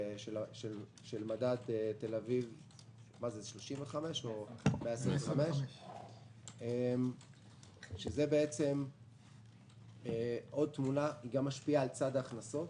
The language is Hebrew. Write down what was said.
של מדד תל אביב 125. זה עוד תמונה שמשפיעה גם על צד ההכנסות.